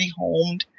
rehomed